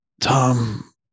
tom